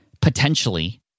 potentially